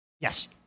Yes